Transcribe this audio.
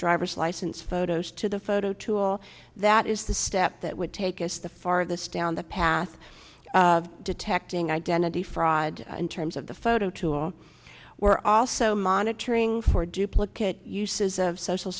driver's license photos to the photo tool that is the step that would take us the farthest down the path of detecting identity fraud in terms of the photo tool we're also monitoring for duplicate uses of social